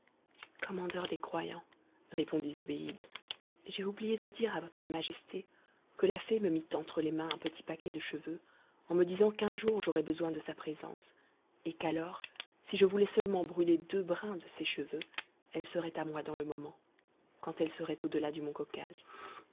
commandeur des croyants répondit zobéide j'ai oublié de dire à votre majesté que la fée me mit entre les mains un petit paquet de cheveux en me disant qu'un jour j'aurais besoin de sa présence et qu'alors si je voulais seulement brûler deux brins de ses cheveux elle serait à moi dans le moment quand elle serait au delà du mont caucase